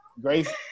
Grace